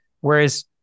Whereas